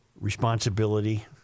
responsibility